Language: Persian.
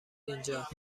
اینجا